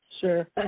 sure